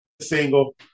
single